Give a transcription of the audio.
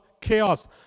chaos